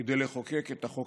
כדי לחוקק את החוק